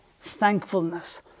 thankfulness